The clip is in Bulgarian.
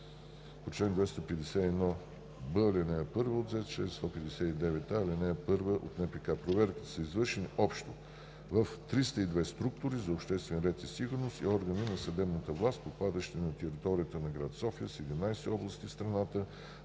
по чл. 251б, ал. 1 от ЗЕС и чл.159а, ал. 1 от НПК. Проверките са извършени в общо 302 структури за обществен ред и сигурност и органи на съдебната власт, попадащи на територията на град София и 17 области в страната: